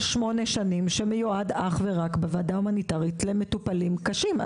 שמונה שנים שמיועד אך ורק בוועדה הומניטרית למטופלים קשים.